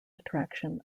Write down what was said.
attraction